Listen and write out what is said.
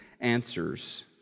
answers